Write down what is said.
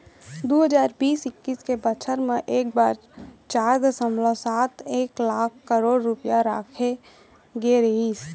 दू हजार बीस इक्कीस के बछर म एकर बर चार दसमलव सात एक लाख करोड़ रूपया राखे गे रहिस